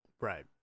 Right